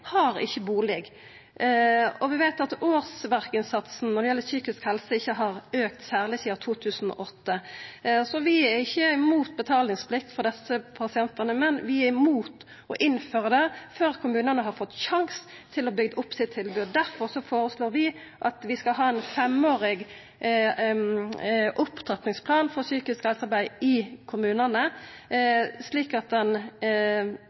ikkje har bustad. Vi veit at årsverkinnsatsen når det gjeld psykisk helse, ikkje har auka særleg sidan 2008. Vi er ikkje imot betalingsplikt for desse pasientane, men vi er imot å innføra det før kommunane har fått sjanse til å byggja opp tilbodet sitt. Difor føreslår vi at vi skal ha ein femårig opptrappingsplan for psykisk helsearbeid i kommunane, slik at